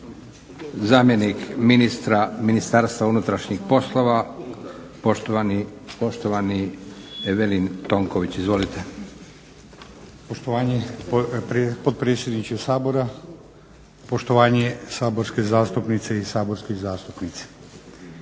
Zamjenik ministra Ministarstva unutrašnjih poslova poštovani Evelin Tonković. Izvolite. **Tonković, Evelin** Poštovanje gospodine potpredsjedniče Sabora, poštovanje saborske zastupnice i saborski zastupnici.